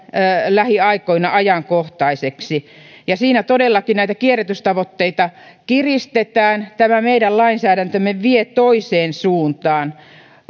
lähiaikoina ajankohtaiseksi siinä todellakin näitä kierrätystavoitteita kiristetään tämä meidän lainsäädäntömme vie toiseen suuntaan